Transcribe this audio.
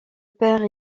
père